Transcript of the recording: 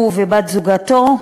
הוא ובת-זוגו,